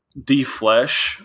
deflesh